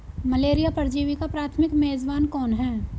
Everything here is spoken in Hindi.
मलेरिया परजीवी का प्राथमिक मेजबान कौन है?